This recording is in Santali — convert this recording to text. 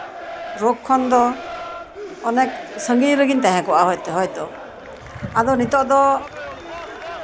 ᱨᱳᱜᱽ ᱠᱷᱚᱱ ᱫᱚ ᱚᱱᱮᱠ ᱥᱟᱺᱜᱤᱧ ᱨᱮᱜᱮᱧ ᱛᱟᱦᱮᱸ ᱠᱚᱜᱼᱟ ᱦᱳᱭᱛᱳ ᱟᱫᱚ ᱱᱤᱛᱳᱜ ᱫᱚ